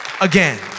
again